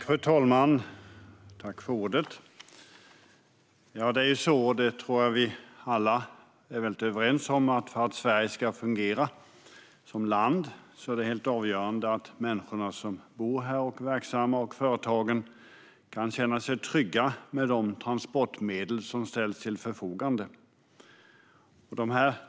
Fru talman! Jag tror att vi alla är överens om att om Sverige ska fungera är det helt avgörande att människorna som bor och är verksamma här och företagen kan känna sig trygga med de transportmedel som ställs till förfogande.